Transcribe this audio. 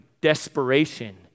desperation